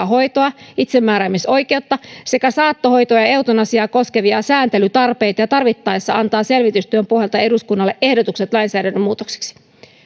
hoitoa itsemääräämisoikeutta sekä saattohoitoa ja eutanasiaa koskevia sääntelytarpeita ja tarvittaessa antaa selvitystyön pohjalta eduskunnalle ehdotukset lainsäädännön muutoksiksi